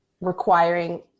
requiring